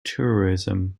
tourism